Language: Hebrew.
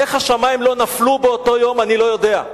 איך השמים לא נפלו באותו יום אני לא יודע.